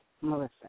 Melissa